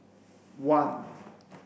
one